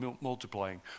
multiplying